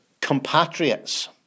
compatriots